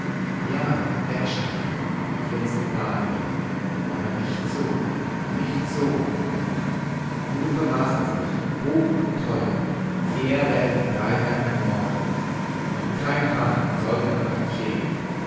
ja wegschaffen grinste daniel aber nicht so nicht so nun vermaß er sich hoch und teuer er werde den freiherrn ermorden und kein hahn solle darnach krähen